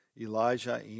Elijah